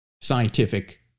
scientific